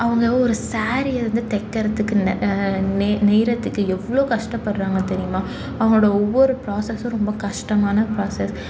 அவங்க ஒரு சாரீயை வந்து தைக்கிறதுக்கு நெய்கிறதுக்கு எவ்வளோ கஷ்டப்படுறாங்க தெரியுமா அவங்களோட ஒவ்வொரு ப்ராசஸ்ஸும் ரொம்ப கஷ்டமான ப்ராசஸ்